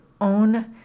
own